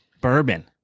bourbon